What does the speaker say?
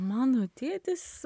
mano tėtis